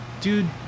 dude